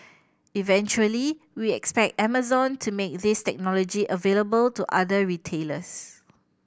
eventually we expect Amazon to make this technology available to other retailers